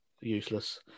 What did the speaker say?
useless